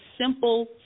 simple